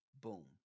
Boom